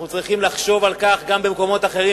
אנחנו צריכים לחשוב על כך גם במקומות אחרים